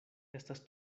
estas